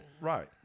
Right